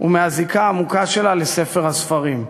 ומהזיקה העמוקה שלה לספר הספרים.